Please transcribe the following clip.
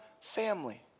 family